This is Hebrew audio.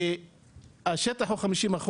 השטח הוא 50%,